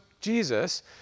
Jesus